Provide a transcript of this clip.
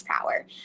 power